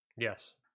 Yes